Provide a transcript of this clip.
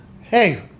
Hey